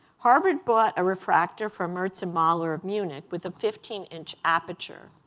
harvard bought a refractor for mertz and mahler of munich with a fifteen inch aperture.